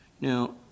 Now